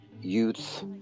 youth